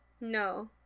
No